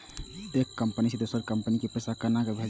एक कंपनी से दोसर कंपनी के पैसा केना भेजये?